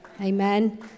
Amen